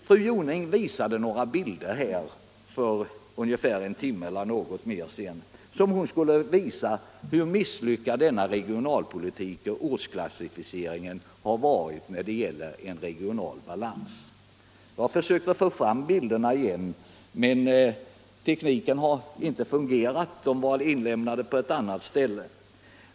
Fru Jonäng visade några bilder här för ungefär en timme sedan. Hon ville visa hur misslyckad denna regionalpolitik och ortsklassificering har varit för den regionala balansen. Jag försökte få fram bilderna igen, men tekniken fungerade inte så — bilderna var inlämnade på ett annat ställe.